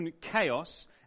chaos